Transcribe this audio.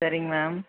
சரிங்க மேம்